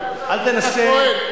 אל תנסה,